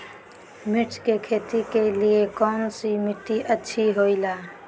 मिर्च की खेती के लिए कौन सी मिट्टी अच्छी होईला?